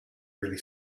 really